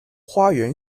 花园